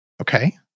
Okay